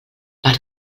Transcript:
per